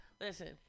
listen